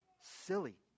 silly